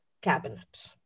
cabinet